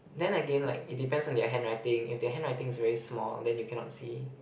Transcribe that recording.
then again like it depends on their handwriting if their handwriting is very small then you cannot see